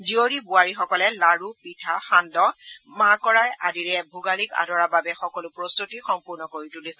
জীয়ৰী বোৱাৰীসকলে লাৰু পিঠা সান্দহ মাহকড়াই আদিৰে ভোগালীক আদৰাৰ বাবে সকলো প্ৰস্ততি সম্পূৰ্ণ কৰি তুলিছে